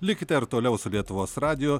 likite ir toliau su lietuvos radiju